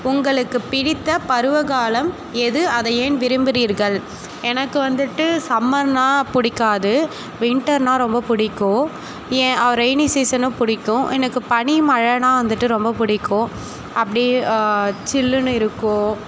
உங்களுக்குப் பிடித்த பருவகாலம் எது அதை ஏன் விரும்புகிறீர்கள் எனக்கு வந்துட்டு சம்மர்னால் பிடிக்காது வின்டர்னால் ரொம்ப பிடிக்கும் ஏன் ரெய்னி சீசனும் பிடிக்கும் எனக்கு பனி மழைனா வந்துட்டு ரொம்ப பிடிக்கும் அப்படி சில்லுன்னு இருக்கும்